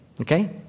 okay